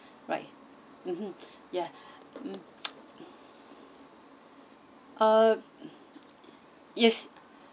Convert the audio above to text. right mmhmm ya mm uh yes